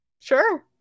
Sure